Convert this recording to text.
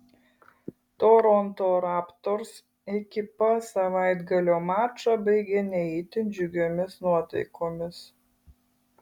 toronto raptors ekipa savaitgalio mačą baigė ne itin džiugiomis nuotaikomis